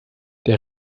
der